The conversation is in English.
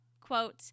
quote